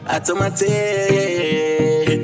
Automatic